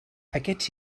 aquests